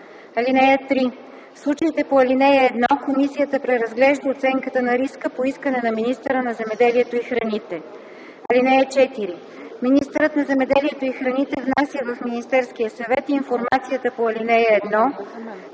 тях. (3) В случаите по ал. 1 комисията преразглежда оценката на риска по искане на министъра на земеделието и храните. (4) Министърът на земеделието и храните внася в Министерския съвет информацията по ал. 1